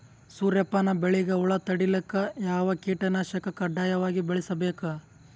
ಸೂರ್ಯಪಾನ ಬೆಳಿಗ ಹುಳ ತಡಿಲಿಕ ಯಾವ ಕೀಟನಾಶಕ ಕಡ್ಡಾಯವಾಗಿ ಬಳಸಬೇಕು?